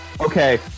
Okay